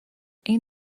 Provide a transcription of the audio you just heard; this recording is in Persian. این